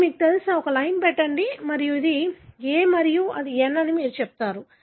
కాబట్టి మీకు తెలుసా ఒక లైన్ పెట్టండి మరియు ఇక్కడ ఇది ఇది A మరియు ఇది N అని మీరు చెబుతారు